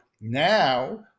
now